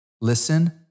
Listen